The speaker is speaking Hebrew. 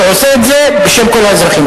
והוא עושה את זה בשם כל האזרחים.